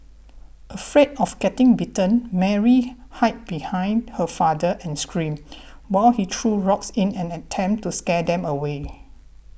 afraid of getting bitten Mary hid behind her father and screamed while he threw rocks in an attempt to scare them away